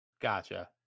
Gotcha